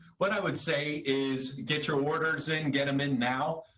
what i would say is get your orders in, get them in now.